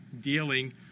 dealing